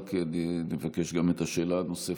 רק נבקש גם את השאלה הנוספת,